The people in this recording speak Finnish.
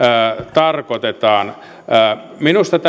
tarkoitetaan minusta